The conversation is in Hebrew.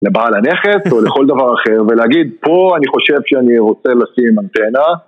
לבעל הנכס, או לכל דבר אחר, ולהגיד, פה אני חושב שאני רוצה לשים אנטנה.